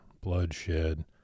bloodshed